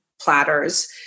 platters